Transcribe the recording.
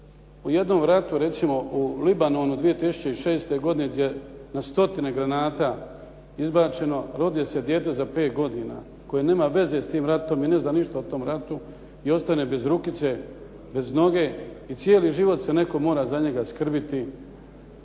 u jednom ratu recimo u Libanonu 2006. godine gdje je na stotine granata izbačeno, rodi se dijete za pet godina koje nema veze s tim ratom i ne zna ništa o tom ratu i ostane bez rukice, bez noge i cijeli život se netko mora za njega skrbiti